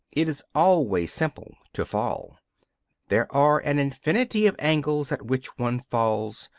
it is always simple to fall there are an infinity of angles at which one falls,